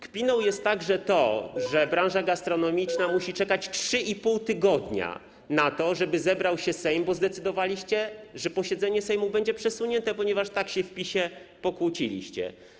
Kpiną jest także to, że branża gastronomiczna musi czekać 3,5 tygodnia na to, żeby zebrał się Sejm, bo zdecydowaliście, że posiedzenie Sejmu będzie przesunięte, ponieważ tak się w PiS-ie pokłóciliście.